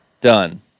Done